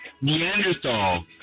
Neanderthal